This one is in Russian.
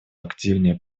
активнее